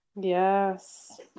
Yes